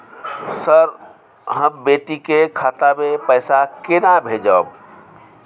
Sir, हम बेटी के खाता मे पैसा केना भेजब?